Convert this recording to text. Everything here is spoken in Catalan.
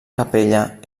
capella